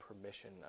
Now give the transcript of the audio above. permission